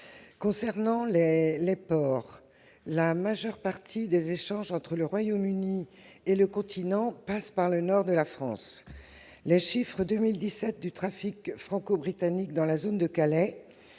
concerne les ports, la majeure partie des échanges entre le Royaume-Uni et le continent passe par le nord de la France. Les chiffres pour 2017 du trafic franco-britannique dans la zone de Calais